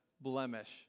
blemish